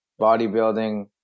bodybuilding